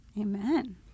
Amen